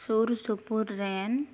ᱥᱩᱨ ᱥᱩᱯᱩᱨ ᱨᱮᱱ